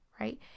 right